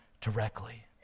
directly